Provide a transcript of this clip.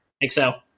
excel